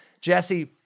Jesse